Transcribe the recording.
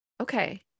Okay